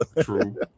True